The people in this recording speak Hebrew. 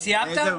סיימת?